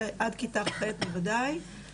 עד כיתה ח' בוודאי,